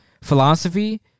philosophy